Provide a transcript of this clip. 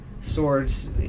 swords